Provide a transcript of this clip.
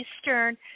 Eastern